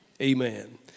Amen